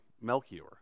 Melchior